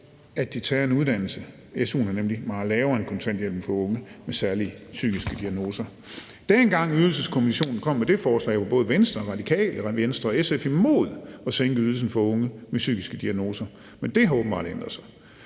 at de tager en uddannelse. Su'en er nemlig meget lavere end kontanthjælpen for unge med særlige psykiske diagnoser. Dengang Ydelseskommissionen kom med det forslag, var både Venstre, Radikale Venstre og SF imod at sænke ydelsen for unge med psykiske diagnoser, men det har åbenbart ændret sig.